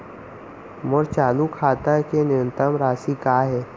मोर चालू खाता के न्यूनतम राशि का हे?